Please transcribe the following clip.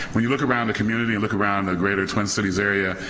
when you look around the community and look around the greater twin cities area,